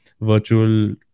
virtual